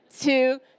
two